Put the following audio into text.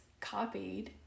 copied